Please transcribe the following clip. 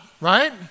right